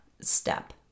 step